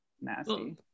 nasty